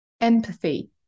empathy